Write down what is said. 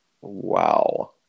Wow